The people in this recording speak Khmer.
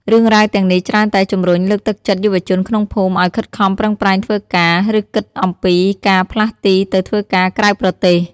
រឿងរ៉ាវទាំងនេះច្រើនតែជំរុញលើកទឹកចិត្តយុវជនក្នុងភូមិឲ្យខិតខំប្រឹងប្រែងធ្វើការ ឬគិតអំពីការផ្លាស់ទីទៅធ្វើការក្រៅប្រទេស។